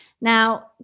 Now